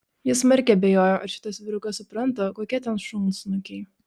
jis smarkiai abejojo ar šitas vyrukas supranta kokie ten šunsnukiai